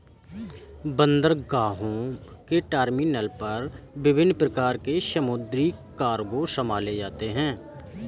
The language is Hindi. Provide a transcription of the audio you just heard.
बंदरगाहों के टर्मिनल पर विभिन्न प्रकार के समुद्री कार्गो संभाले जाते हैं